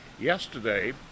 yesterday